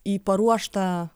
į paruoštą